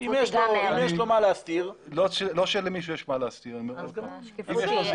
אם יש לו מה להסתיר --- שקיפות היא גם